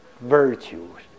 virtues